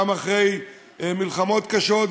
גם אחרי מלחמות קשות,